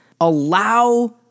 Allow